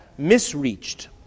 misreached